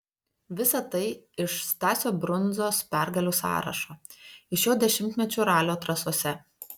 visa tai iš stasio brundzos pergalių sąrašo iš jo dešimtmečių ralio trasose